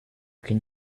can